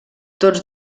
tots